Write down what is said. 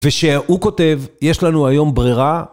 ושהוא כותב, יש לנו היום ברירה.